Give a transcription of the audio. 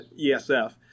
ESF